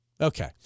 Okay